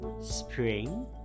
Spring